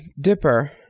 dipper